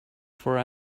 for